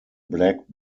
black